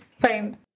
fine